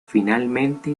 finalmente